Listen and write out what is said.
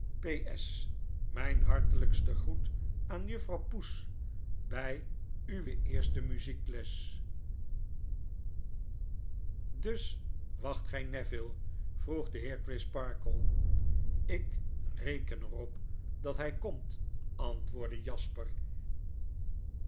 s mijn harteljjksten groet aan juffrouw poes by uwe eerste muziekles dus wacht gjj neville vroeg de heer crisparkle ik reken er op dat hij komt antwoordde jasper